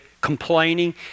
complaining